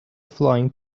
flying